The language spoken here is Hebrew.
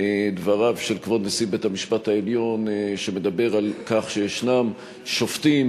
דבריו של כבוד נשיא בית-המשפט העליון שמדבר על כך שישנם שופטים